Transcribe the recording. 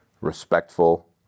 respectful